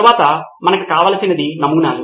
తరువాత మనకు కావలసింది నమూనాలు